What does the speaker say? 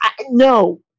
No